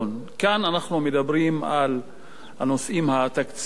כאן אנחנו מדברים על הנושאים התקציביים,